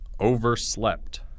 Overslept